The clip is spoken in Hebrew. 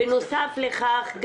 בנוסף לכך,